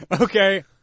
Okay